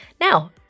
Now